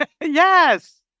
Yes